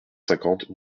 cinquante